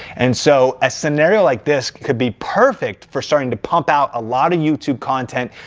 and so, a scenario like this could be perfect for starting to pump out a lot of youtube content,